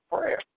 prayer